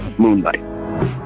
moonlight